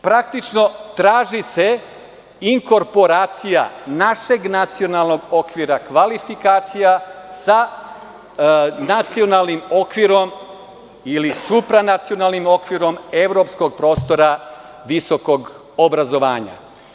Praktično, traži se inkoporacija našeg nacionalnog okvira kvalifikacija sa nacionalnim okvirom ili supranacionalnim okvirom evropskog prostora visokog obrazovanja.